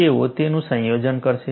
તેઓ તેનું સંયોજન કરશે